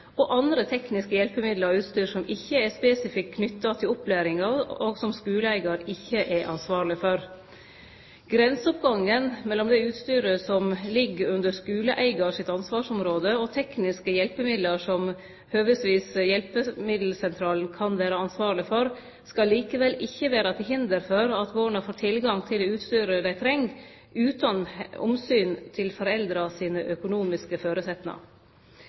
og andre tekniske hjelpemiddel og utstyr som ikkje er spesifikt knytte til opplæringa, og som skuleeigar ikkje er ansvarleg for. Grenseoppgangen mellom det utstyret som ligg under skuleeigar sitt ansvarsområde, og tekniske hjelpemiddel som høvesvis Hjelpemiddelsentralen kan vere ansvarleg for, kan likevel ikkje vere til hinder for at borna får tilgang til det utstyret dei treng, utan omsyn til foreldra sine økonomiske